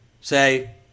say